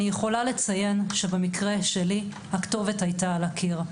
אני יכולה לציין שבמקרה שלי הכתובת הייתה על הקיר.